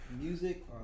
Music